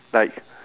like